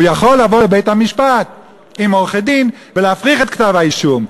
הוא יכול לבוא לבית-המשפט עם עורכי-דין ולהפריך את כתב-האישום.